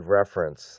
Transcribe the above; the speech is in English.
reference